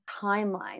timeline